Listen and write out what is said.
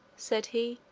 said he,